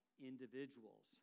individuals